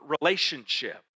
relationship